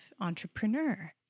entrepreneur